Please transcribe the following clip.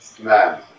man